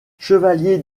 chevalier